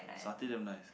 satay damn nice